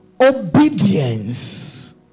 Obedience